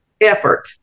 effort